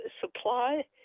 supply